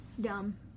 Dumb